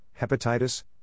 hepatitis